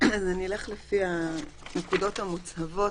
אלך לפי הנקודות המוצהבות.